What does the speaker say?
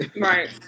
right